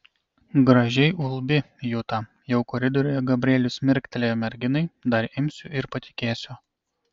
gražiai ulbi juta jau koridoriuje gabrielius mirktelėjo merginai dar imsiu ir patikėsiu